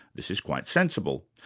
this is quite sensible.